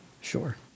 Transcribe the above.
Sure